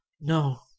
No